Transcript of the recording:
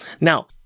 Now